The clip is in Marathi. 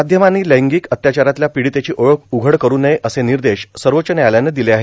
माध्यमांनी लैंगिक अत्याचारातल्या पीडितेची ओळख उघड करु नये असे निर्देश सर्वोच्च न्यायालयानं दिले आहेत